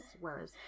Whereas